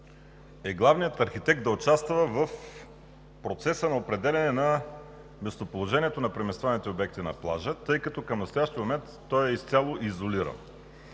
е главният архитект да участва в процеса на определяне на местоположението на преместваемите обекти на плажа, тъй като към настоящия момент той изцяло e изолиран.